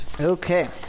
Okay